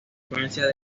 frecuencias